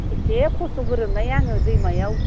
एसे खस्ट' गोग्रोमनाय आङो दैमायाव